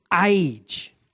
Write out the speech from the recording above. age